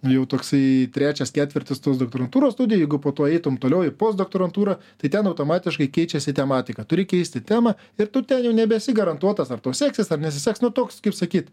jau toksai trečias ketvirtis tos doktorantūros studijų jeigu po to eitum toliau į posdoktorantūrą tai ten automatiškai keičiasi tematika turi keisti temą ir tu ten jau nebesi garantuotas ar tau seksis ar nesiseks nu toks kaip sakyt